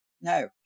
No